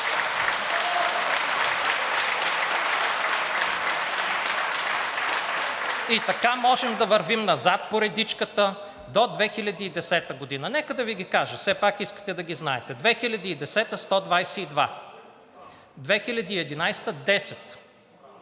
И така, можем да вървим назад по редичката до 2010 г. Нека да Ви ги кажа, все пак искате да ги знаете: 2010 г. – 122; 2011 г.